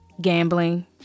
gambling